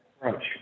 approach